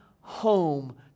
home